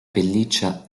pelliccia